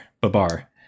Babar